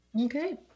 Okay